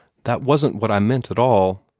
that wasn't what i meant at all.